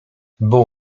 był